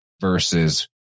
versus